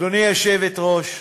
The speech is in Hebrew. גברתי היושבת-ראש,